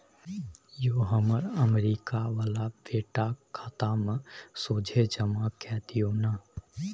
यौ हमर अमरीका बला बेटाक खाता मे सोझे जमा कए दियौ न